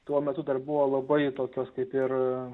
tuo metu dar buvo labai tokios kaip ir